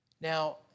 Now